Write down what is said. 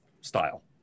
style